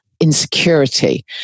insecurity